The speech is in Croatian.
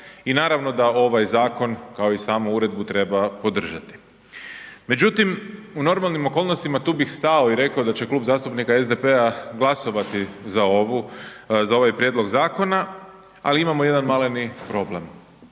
i naravno da ovaj zakon kao i samu uredbu treba podržati. Međutim, u normalnim okolnostima tu bih stao i rekao da će Klub zastupnik SDP-a glasovati za ovaj prijedlog zakona, ali imamo jedan maleni problem.